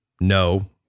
No